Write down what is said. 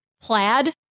plaid